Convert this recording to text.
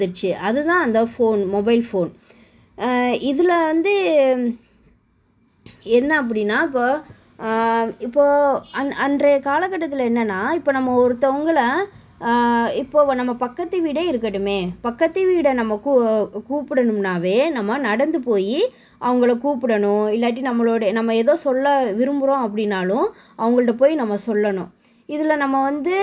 அது தான் அந்த ஃபோன் மொபைல் ஃ ஃபோன் இதில் வந்து என்ன அப்படினா இப்போது இப்போது அன் அன்றைய காலகட்டத்தில் என்னென்னா இப்போ நம்ம ஒருத்தவங்கள இப்போது வ நம்ம பக்கத்துக்கு வீடே இருக்கட்டுமே பக்கத்து வீட்ட நம்ம கூ கூப்பிடணும்னாவே நம்ம நடந்து போய் அவங்களை கூப்பிடணும் இல்லாட்டி நம்மளோடய நம்ம ஏதோ சொல்ல விரும்புகிறோம் அப்படினாலும் அவங்கள்ட்ட போய் நம்ம சொல்லணும் இதில் நம்ம வந்து